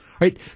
Right